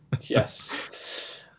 Yes